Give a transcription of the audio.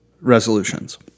resolutions